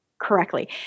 Correctly